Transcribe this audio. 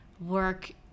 work